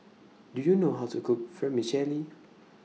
Do YOU know How to Cook Vermicelli